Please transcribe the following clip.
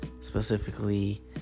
Specifically